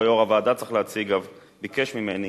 לא יושב-ראש הוועדה צריך להציג, אבל הוא ביקש ממני